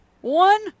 one